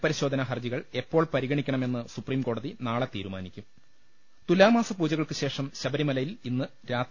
പരിശോധനാ ഹർജികൾ എപ്പോൾ പരിഗണിക്കണമെന്ന് സുപ്രീംകോടതി നാളെ തീരുമാനിക്കും തുലാമാസ പൂജകൾക്കുശേഷം ശബരിമലയിൽ ഇന്ന് രാത്രി